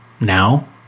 now